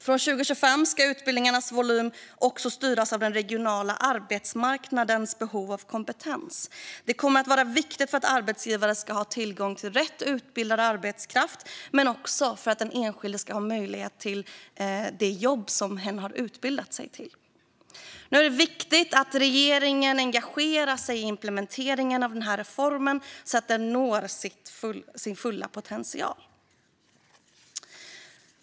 Från 2025 ska utbildningarnas volym även styras av den regionala arbetsmarknadens behov av kompetens. Det kommer att vara viktigt för att arbetsgivare ska ha tillgång till rätt utbildad arbetskraft men också för att den enskilde ska ha möjlighet att få jobb som det hen har utbildat sig till. Nu är det viktigt att regeringen engagerar sig i implementeringen av denna reform, så att den når sin fulla potential.